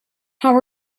how